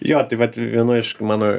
jo taip vat vienoj iš mano